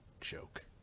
Joke